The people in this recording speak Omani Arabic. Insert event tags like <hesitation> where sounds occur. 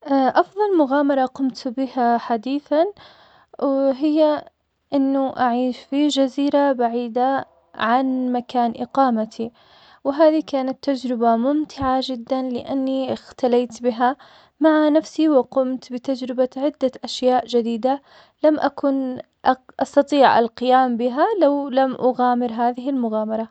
أفضل مغامرة قمت بها حديثاً <hesitation> هي إنه أعيش في جزيرة بعيدة عن مكان إقامتي, وهذي كانت تجربة ممتعة جدا لأني إختليت بها مع نفسي, وقمت بتجربة عدة أشياء جديدة, لم أكن أق- أستطيع القيام بها لو لم أغامر هذه المغامرة.